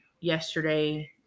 yesterday